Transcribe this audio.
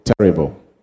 terrible